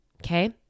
Okay